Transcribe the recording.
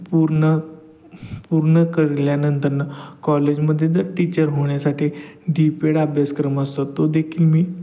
पूर्ण पूर्ण केल्यानंतर नं कॉलेजमध्ये जो टीचर होण्यासाठी डीपेड अभ्यासक्रम असतो तो देखील मी